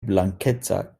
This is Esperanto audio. blankeca